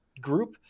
group